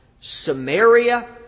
Samaria